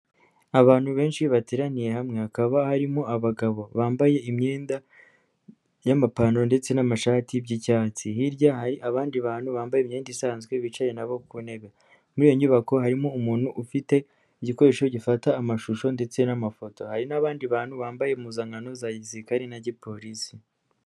Abantu benshi bateraniye hamwe, hakaba harimo abagabo bambaye imyenda y'amapantaro ndetse n'amashati by'icyatsi, hirya hari abandi bantu bambaye imyenda isanzwe bicaye nabo ku ntebe, muri iyo nyubako harimo umuntu ufite igikoresho gifata amashusho ndetse n'amafoto, hari n'abandi bantu bambaye impuzankano za gisirikare na gipolisi.